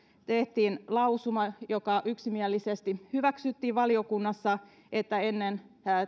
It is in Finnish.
tehtiin lausuma joka yksimielisesti hyväksyttiin valiokunnassa että ennen